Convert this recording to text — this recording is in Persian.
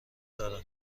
دارم